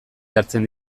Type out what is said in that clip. jartzen